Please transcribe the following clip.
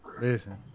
listen